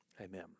Amen